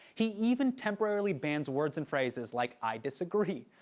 he even temporarily bans words and phrases like, i disagree,